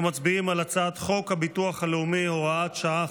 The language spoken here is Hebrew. אנחנו מצביעים על הצעת חוק הביטוח הלאומי (הוראת שעה,